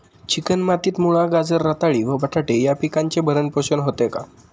Chicken मातीत मुळा, गाजर, रताळी व बटाटे या पिकांचे भरण पोषण होते का?